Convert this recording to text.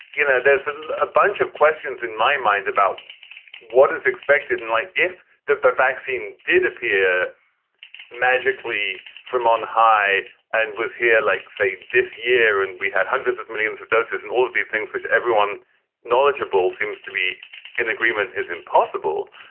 you know, there's a ah bunch of questions in my mind about what is expected. and like if the but vaccine did appear magically from on high and was here like, say, this year and we had hundreds of millions of doses and all of these things which everyone knowledgeable seems to be in agreement, is impossible.